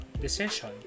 decision